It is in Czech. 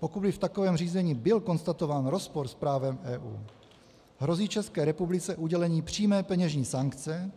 Pokud by v takovém řízení byl konstatován rozpor s právem EU, hrozí České republice udělení přímé peněžní sankce,